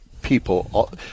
people